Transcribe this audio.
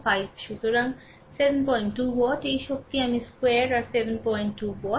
5 সুতরাং 72 ওয়াট এই শক্তি আমি স্কোয়ার আর 72 ওয়াট